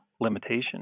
limitation